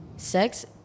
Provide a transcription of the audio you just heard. Sex